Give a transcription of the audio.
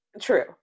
true